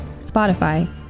Spotify